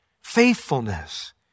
faithfulness